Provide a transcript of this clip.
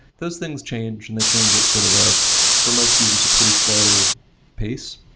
those things change and the change at sort of a for most users, a pretty slow pace.